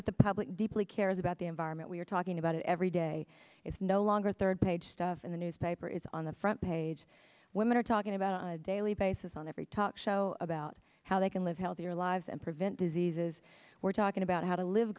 that the public deeply cares about the environment we're talking about every day is no longer third page stuff in the newspaper it's on the front page women are talking about on a daily basis on every talk show about how they can live healthier lives and prevent diseases we're talking about how to live